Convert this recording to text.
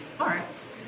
arts